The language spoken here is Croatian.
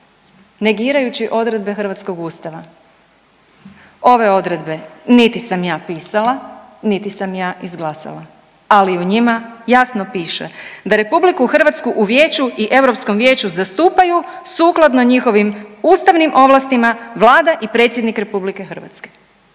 negirajući odredbe hrvatskog ustava. Ove odredbe niti sam ja pisala, niti sam ja izglasala, ali u njima jasno piše da RH u Vijeću i Europskom vijeću zastupaju sukladno njihovim ustavnim ovlastima vlada i predsjednik RH.